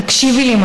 תקשיבי לי,